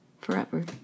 forever